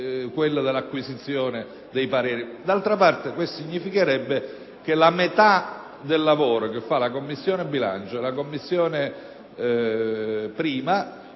D'altra parte, questo significherebbe che della metà del lavoro che fanno la Commissione bilancio e la Commissione affari